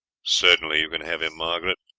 certainly you can have him, margaret,